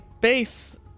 base